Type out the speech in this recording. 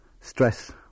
Stress